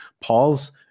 Paul's